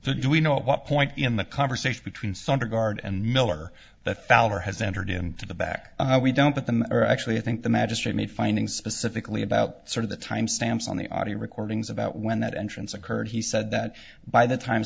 do we know at what point in the conversation between some regard and miller that fowler has entered into the back we don't put them or actually i think the magistrate made finding specifically about sort of the time stamps on the audio recordings about when that entrance occurred he said that by the time